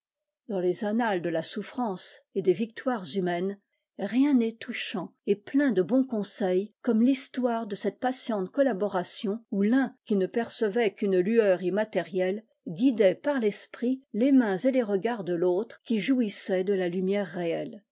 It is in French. dans les annales de la souffrance et des victoires humaines rien n'est touchant et plein de bons conseils comme l'histoire de cette patiente collaboration où l'un qui ne percevait qu'une lueur immatérielle guidait par l'esprit les mains et les regards de l'autre qui jouissait de la lumière réelle